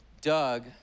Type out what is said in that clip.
Doug